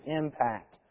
impact